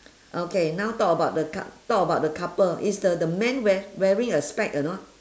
okay now talk about the cou~ talk about the couple is the the man wear wearing a spec or not